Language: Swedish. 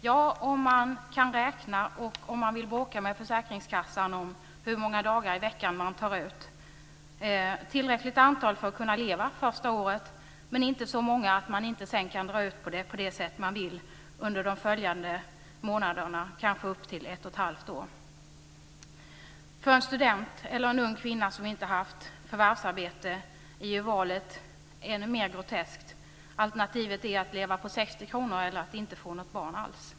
Ja, om kan räkna och om man vill bråka med försäkringskassan om hur många dagar i veckan som man tar ut - tillräckligt antal för att kunna leva under det första året, men inte så många att man sedan inte kan dra ut på det på det sätt som man vill under de följande månaderna och kanske upp till ett och ett halvt år. För en student eller en ung kvinna som inte har haft förvärvsarbete är ju valet ännu mer groteskt. Alternativet är att leva på 60 kr per dag eller att inte få något barn alls.